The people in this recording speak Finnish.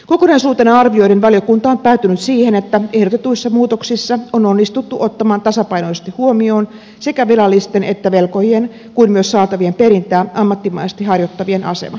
kokonaisuutena arvioiden valiokunta on päätynyt siihen että ehdotetuissa muutoksissa on onnistuttu ottamaan tasapainoisesti huomioon sekä velallisten että velkojien kuten myös saatavien perintää ammattimaisesti harjoittavien asema